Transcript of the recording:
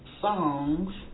songs